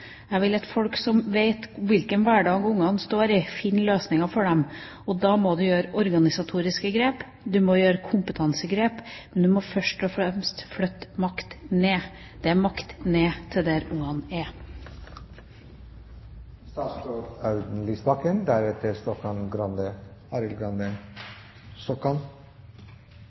Jeg vil at folk som vet hvilken hverdag barna står i, finner løsninger for dem. Da må det gjøres organisatoriske grep, man må gjøre kompetansegrep, men man må først og fremst flytte makt ned – makt ned til der barna er.